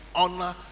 honor